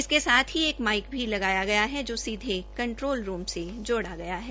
इसके साथ ही एक भी लगाया गया है जो सीधे कंट्रोल रूम से जोडा गया है